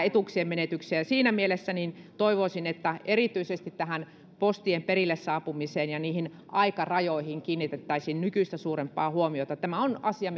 etuuksien menetyksiä siinä mielessä toivoisin että erityisesti tähän postien perille saapumiseen ja niihin aikarajoihin kiinnitettäisiin nykyistä suurempaa huomiota tämä on asia